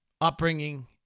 upbringing